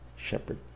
shepherd